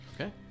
okay